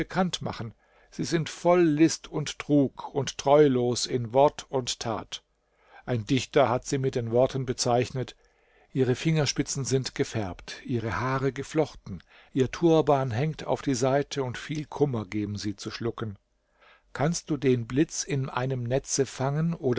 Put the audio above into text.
bekannt machen sie sind voll list und trug und treulos in wort und tat ein dichter hat sie mit den worten bezeichnet ihre fingerspitzen sind gefärbt ihre haare geflochten ihr turban hängt auf die seite und viel kummer geben sie zu schlucken kannst du den blitz in einem netze fangen